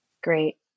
Great